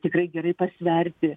tikrai gerai pasverti